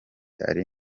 ari